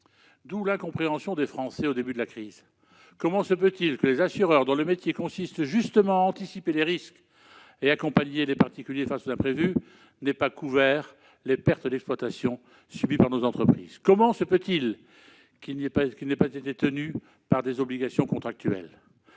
D'où l'incompréhension des Français au début de la crise : comment se peut-il que les assureurs, dont le métier consiste justement à anticiper les risques et accompagner les particuliers face aux imprévus, n'aient pas couvert les pertes d'exploitation subies par nos entreprises ? Comment se peut-il qu'ils n'y aient pas été tenus par des obligations contractuelles ?